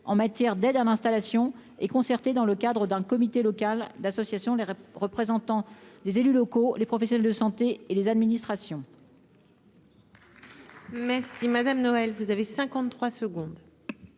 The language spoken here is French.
en matière d'aide à l'installation et concertée dans le cadre d'un comité local d'association, les représentants des élus locaux, les professionnels de santé et les administrations. Merci madame Noël vous avez. 53 secondes